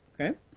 Okay